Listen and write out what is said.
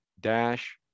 dash